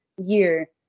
year